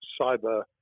cyber